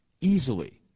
easily